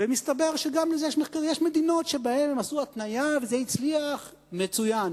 ומסתבר שגם יש מדינות שבהן הם עשו התניה והזה הצליח מצוין,